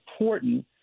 important